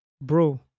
Bro